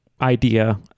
idea